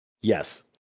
Yes